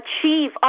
achieve